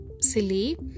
silly